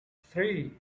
three